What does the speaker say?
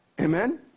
amen